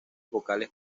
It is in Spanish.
vocales